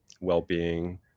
well-being